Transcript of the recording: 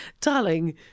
darling